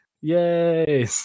Yay